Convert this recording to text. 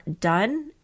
done